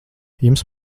jums